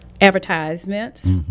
advertisements